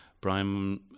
Brian